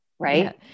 Right